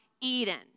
Eden